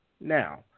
Now